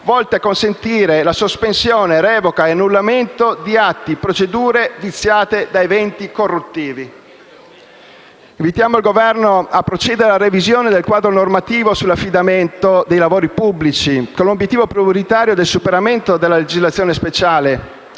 volte a consentire la sospensione, la revoca e l'annullamento degli atti e delle procedure viziate da eventi corruttivi. Invitiamo poi il Governo a procedere alla revisione del quadro normativo sull'affidamento dei lavori pubblici, con l'obiettivo prioritario del superamento della legislazione speciale